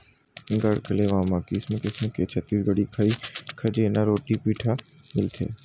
गढ़कलेवा म किसम किसम के छत्तीसगढ़ी खई खजेना, रोटी पिठा मिलथे